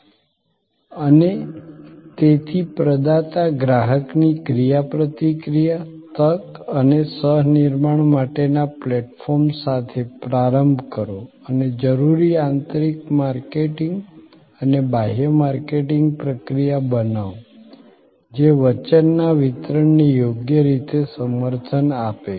અને તેથી પ્રદાતા ગ્રાહકની ક્રિયાપ્રતિક્રિયા તક અને સહ નિર્માણ માટેના પ્લેટફોર્મ સાથે પ્રારંભ કરો અને જરૂરી આંતરિક માર્કેટિંગ અને બાહ્ય માર્કેટિંગ પ્રક્રિયા બનાવો જે વચનના વિતરણને યોગ્ય રીતે સમર્થન આપે